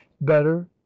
better